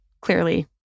clearly